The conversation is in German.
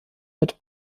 mit